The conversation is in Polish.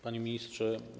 Panie Ministrze!